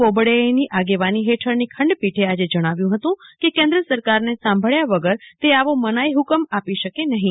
બોબડએની આગેવાની હેઠળની ખંડપીઠે આજે જણાવ્યું હતું કે કેન્દ્ર સરકારે સાંભળ્યા વગર તે આવો મનાઈ હુકમ આપી શકે નહીં